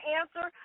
answer